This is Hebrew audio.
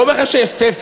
אני לא אומר לך שיש ספר